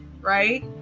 right